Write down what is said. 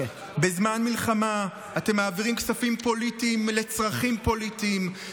בזמן מלחמה אתם מעבירים כספים פוליטיים לצרכים פוליטיים,